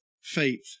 faith